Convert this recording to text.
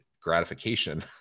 gratification